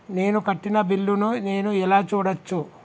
నేను కట్టిన బిల్లు ను నేను ఎలా చూడచ్చు?